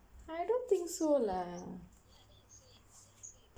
I don't think so lah